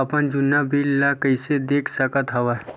अपन जुन्ना बिल ला कइसे देख सकत हाव?